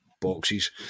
boxes